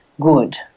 good